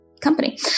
company